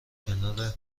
کنار